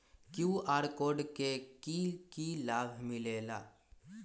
QR code से कि कि लाव मिलेला?